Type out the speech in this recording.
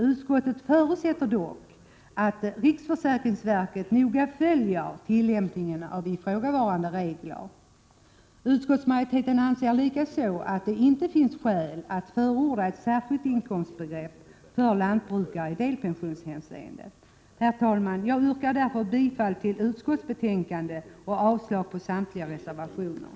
Utskottet förutsätter dock att riksförsäkringsverket noga följer tillämpningen av ifrågavarande regler. Utskottsmajoriteten anser likaså att det inte finns skäl att förorda ett särskilt inkomstbegrepp för lantbrukare i delpensionshänseende. Herr talman! Jag yrkar därför bifall till hemställan i utskottsbetänkandet och avslag på samtliga reservationer.